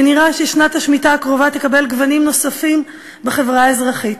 ונראה ששנת השמיטה הקרובה תקבל גוונים נוספים בחברה האזרחית.